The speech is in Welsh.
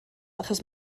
achos